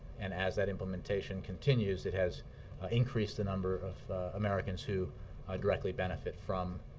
and as that implementation continues, it has increased the number of of americans who directly benefit from